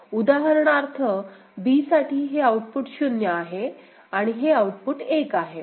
उदाहरणार्थ b साठी हे आउटपुट 0 आहे आणि हे आउटपुट 1 आहे